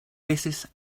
peces